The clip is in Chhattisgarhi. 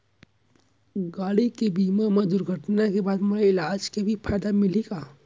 गाड़ी के बीमा मा दुर्घटना के बाद मोला इलाज के भी फायदा मिलही का?